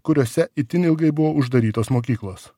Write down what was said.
kuriose itin ilgai buvo uždarytos mokyklos